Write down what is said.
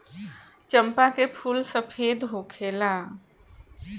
चंपा के फूल सफेद होखेला